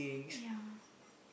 yeah